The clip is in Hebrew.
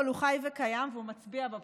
וקיים והוא מצביע בבחירות.